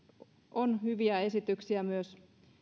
on hyviä esityksiä myös ja